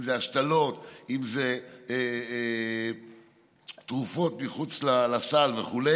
אם זה השתלות, אם זה תרופות מחוץ לסל וכו'.